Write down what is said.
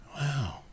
Wow